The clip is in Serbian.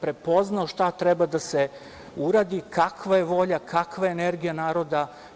Prepoznao šta treba da se uradi, kakva je volja, kakva je energija naroda.